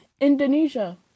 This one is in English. Indonesia